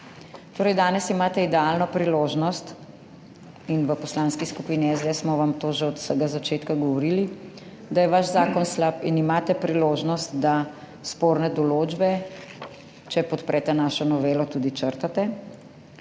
Torej danes imate idealno priložnost in v Poslanski skupini SDS smo vam to že od vsega začetka govorili, da je vaš zakon slab in imate priložnost, da sporne določbe, če podprete našo novelo, tudi črtate.